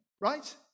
right